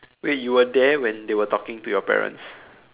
wait you were there when they were talking to your parents